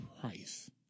price